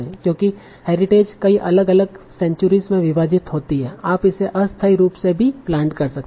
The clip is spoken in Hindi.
क्योंकि हेरिटेज कई अलग अलग सेंचुरीस में विभाजित होती है आप इसे अस्थायी रूप से भी प्लाट कर सकते हैं